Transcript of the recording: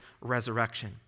resurrection